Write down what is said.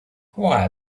why